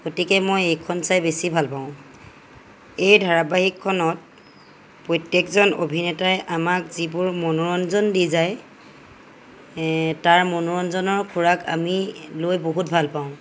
গতিকে মই এইখন চাই বেছি ভাল পাওঁ এই ধাৰাবাহিকখনত প্ৰত্যেকজন অভিনেতাই আমাক যিবোৰ মনোৰঞ্জন দি যায় তাৰ মনোৰঞ্জনৰ খোৰাক আমি লৈ বহুত ভাল পাওঁ